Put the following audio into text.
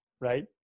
right